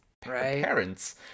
parents